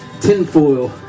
tinfoil